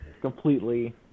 completely